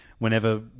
Whenever